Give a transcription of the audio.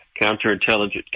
counterintelligence